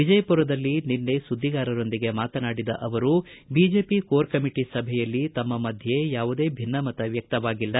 ವಿಜಯಪುರದಲ್ಲಿ ನಿನ್ನೆ ಸುದ್ದಿಗಾರರೊಂದಿಗೆ ಮಾತನಾಡಿದ ಅವರು ಬಿಜೆಪಿ ಕೋರ್ ಕಮಿಟಿ ಸಭೆಯಲ್ಲಿ ತಮ್ಮ ಮಧ್ಯೆ ಯಾವುದೇ ಭಿನ್ನಮತ ವ್ಯಕ್ತವಾಗಿಲ್ಲ